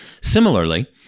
Similarly